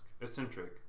eccentric